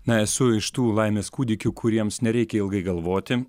na esu iš tų laimės kūdikių kuriems nereikia ilgai galvoti